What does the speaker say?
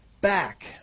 back